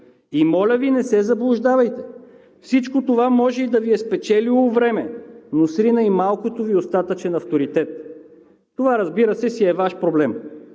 Моля Ви, не се заблуждавайте, че всичко това може да Ви е спечелило време, но срина и малкото Ви остатъчен авторитет. Това, разбира се, е Ваш проблем.